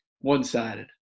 one-sided